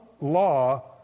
law